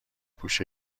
پوش